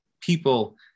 People